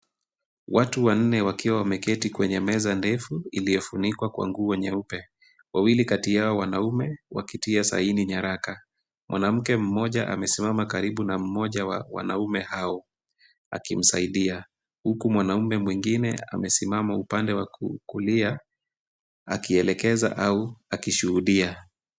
Watu wanne wakiwa wameketi kwenye meza ndefu iliyofunikwa kwa nguo nyeupe. Wawili kati yao wanaume, wakitia saini nyaraka. Mwanamke mmoja amesimama karibu na mmoja wa wanaume hao akimsaidia. Huku mwanaume mwingine amesimama upande wa kulia akielekeza au akishuhudia.